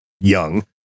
young